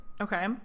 okay